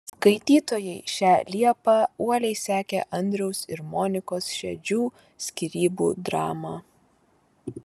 skaitytojai šią liepą uoliai sekė andriaus ir monikos šedžių skyrybų dramą